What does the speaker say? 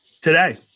today